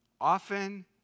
often